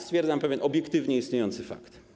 Stwierdzam pewien obiektywnie istniejący fakt.